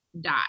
die